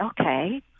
okay